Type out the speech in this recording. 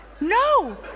no